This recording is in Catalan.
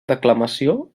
declamació